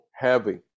heavy